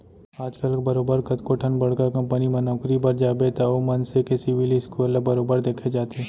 आजकल बरोबर कतको ठन बड़का कंपनी म नौकरी बर जाबे त ओ मनसे के सिविल स्कोर ल बरोबर देखे जाथे